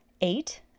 Eight